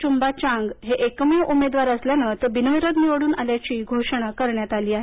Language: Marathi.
चुबा चांग हे एकमेव उमेदवार असल्यानं ते बिनविरोध निवडून आल्याची घोषणा करण्यात आली आहे